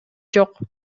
жок